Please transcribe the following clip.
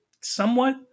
somewhat